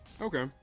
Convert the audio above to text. Okay